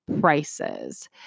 prices